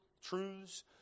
truths